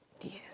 Yes